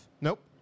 Nope